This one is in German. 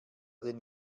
den